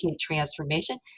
transformation